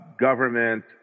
government